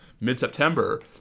mid-September